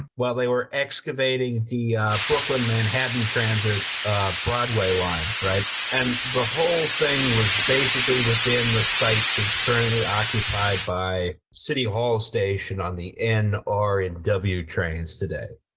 while they were excavating the brooklyn-manhattan transit broadway line. and the whole thing was basically within the site that's currently occupied by city hall station on the n or and w trains today.